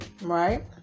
Right